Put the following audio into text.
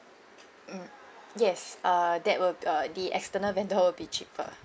mm yes uh that will uh the external vendor will be cheaper